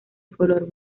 color